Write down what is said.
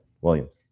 Williams